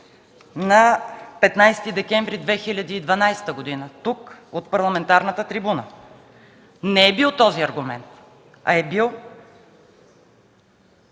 на 15 декември 2013 г. тук, от парламентарната трибуна. Не е бил този аргумент, а е бил: